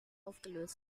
aufgelöst